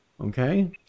Okay